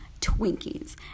Twinkies